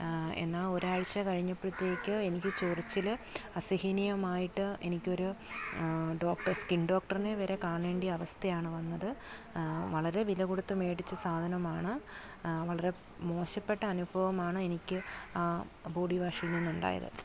എന്നാൽ ഒരാഴ്ച്ച കഴിഞ്ഞപ്പോഴത്തേക്ക് എനിക്ക് ചൊറിച്ചിൽ അസഹനീയമായിട്ട് എനിക്കൊരു ഡോക്ടർ സ്കിൻ ഡോക്ടറിനെ വരെ കാണേണ്ട അവസ്ഥയാണ് വന്നത് വളരെ വില കൊടുത്ത് മേടിച്ച സാധനമാണ് വളരെ മോശപ്പെട്ട അനുഭവമാണ് എനിക്ക് ആ ബോഡി വാഷിൽ നിന്നുണ്ടായത്